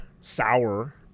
sour